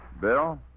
Bill